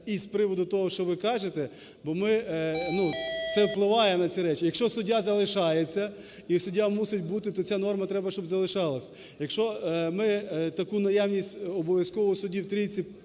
і з приводу того, що ви кажете, бо ми… це впливає на ці речі. Якщо суддя залишається і суддя мусить бути, то ця норма треба, щоб залишалась. Якщо ми таку наявність обов'язкового судді в трійці